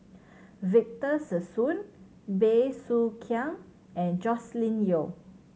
Victor Sassoon Bey Soo Khiang and Joscelin Yeo